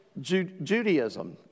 Judaism